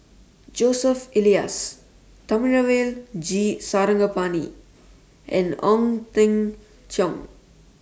Joseph Elias Thamizhavel G Sarangapani and Ong Teng Cheong